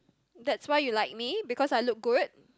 that's why you like me because I look good